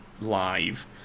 live